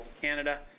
Canada